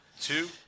two